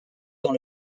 dans